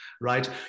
right